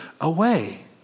away